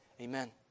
Amen